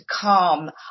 calm